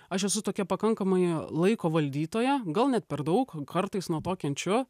aš esu tokia pakankamai laiko valdytoja gal net per daug kartais nuo to kenčiu